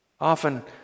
Often